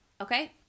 Okay